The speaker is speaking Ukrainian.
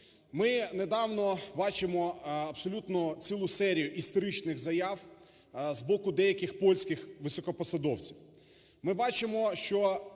Ми недавно бачимо абсолютно цілу серію історичних заяв з боку деяких польських високопосадовців.